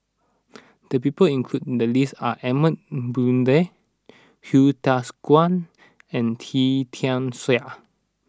the people included in the list are Edmund Blundell Hsu Tse Kwang and Wee Tian Siak